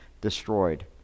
destroyed